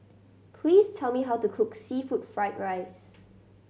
please tell me how to cook seafood fried rice